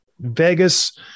Vegas